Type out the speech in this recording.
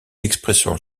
l’expression